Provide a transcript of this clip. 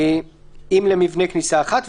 אם למבנה כניסה אחת,